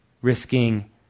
risking